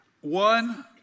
one